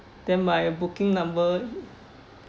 then my booking number